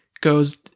goes